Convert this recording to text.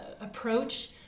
approach